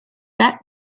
that